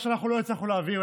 מה שאנחנו לא הצלחנו להעביר,